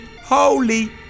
holy